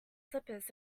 slippers